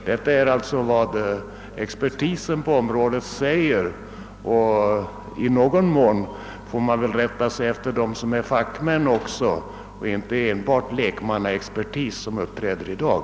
Detta är alltså vad expertisen på området förklarat, och i någon mån får man väl rätta sig också efter dem som är fackmän och inte enbart efter en lekmannaexpertis som den som uppträder här i dag.